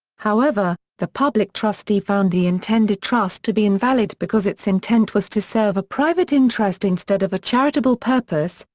however, the public trustee found the intended trust to be invalid because its intent was to serve a private interest instead of a charitable purpose,